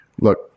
Look